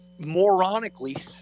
moronically